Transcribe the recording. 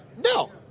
No